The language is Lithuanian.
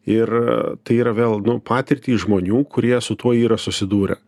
ir tai yra vėl nu patirtys žmonių kurie su tuo yra susidūrę